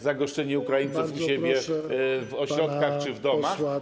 za goszczenie Ukraińców u siebie w ośrodkach czy w domach?